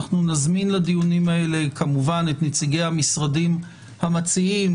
אנחנו נזמין לדיונים האלה כמובן את נציגי המשרדים המציעים,